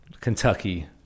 Kentucky